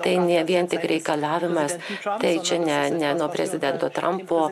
tai ne vien tik reikalavimas tai čia ne ne nuo prezidento trampo